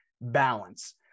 balance